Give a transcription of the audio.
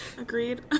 Agreed